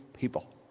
people